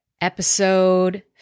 episode